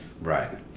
Right